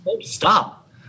Stop